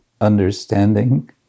understanding